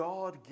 God